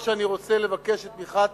כל שאני רוצה זה לבקש את תמיכת